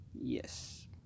yes